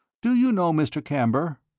do you know mr. camber?